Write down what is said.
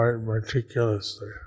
meticulously